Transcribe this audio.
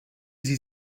sie